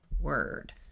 word